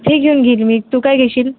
ते घेऊन घेईल मी तू काय घेशील